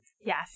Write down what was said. Yes